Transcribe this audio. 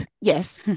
yes